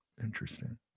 Interesting